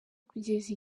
kugeza